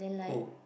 who